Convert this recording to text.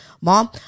mom